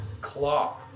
claw